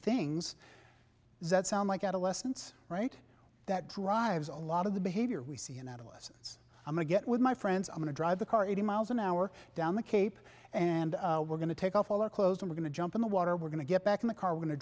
things that sound like adolescence right that drives a lot of the behavior we see in adolescence i'm a get with my friends i'm going to drive the car eighty miles an hour down the cape and we're going to take off all our clothes i'm going to jump in the water we're going to get back in the car when t